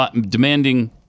demanding